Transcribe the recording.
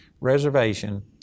reservation